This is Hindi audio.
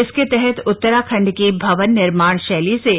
इसके तहत उत्तराखण्ड की भवन निर्माण शैली से